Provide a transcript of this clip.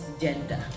gender